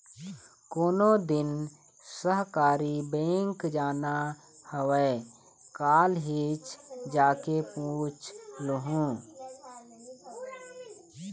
कोन दिन सहकारी बेंक जाना हवय, कालीच जाके पूछ लूहूँ